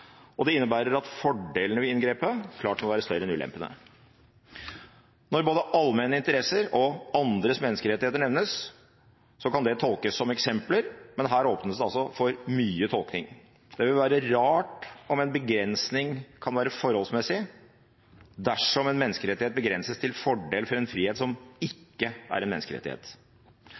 og det innebærer at fordelene med inngrepet må være klart større enn ulempene. Når både allmenne interesser og andres menneskerettigheter nevnes, kan det tolkes som eksempler, men her åpnes det altså for mye tolkning. Det ville være rart om en begrensning kan være forholdsmessig dersom en menneskerettighet begrenses til fordel for en frihet som ikke er en menneskerettighet.